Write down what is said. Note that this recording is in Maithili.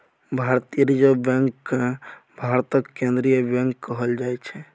भारतीय रिजर्ब बैंक केँ भारतक केंद्रीय बैंक कहल जाइ छै